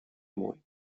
mój